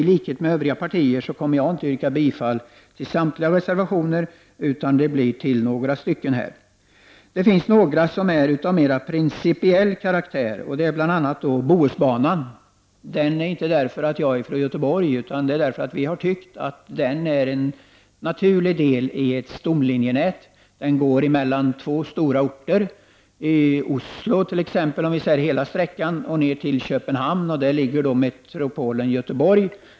I likhet med representanterna för övriga partier kommer jag inte att yrka bifall till samtliga reservationer utan till några stycken. Det finns några reservationer som är av mer principiell karaktär, och en gäller bl, a. Bohusbanan. Den finns inte därför att jag är från Göteborg, utan därför att vi har ansett att Bohusbanan är en naturlig del i ett stomlinjenät som går mellan två stora orter, nämligen mellan Oslo och Köpenhamn, om vi ser till hela sträckan, och däremellan ligger metropolen Göteborg.